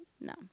No